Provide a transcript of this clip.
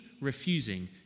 refusing